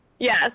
Yes